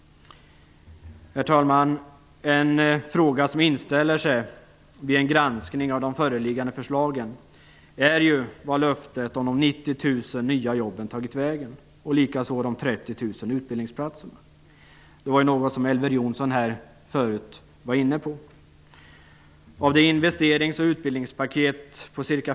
Herr talman! En fråga som inställer sig vid en granskning av de föreliggande förslagen är ju var löftet om de 90 000 nya jobben tagit vägen och likaså de 30 000 utbildningsplatserna, något som Elver Jonsson tidigare var inne på.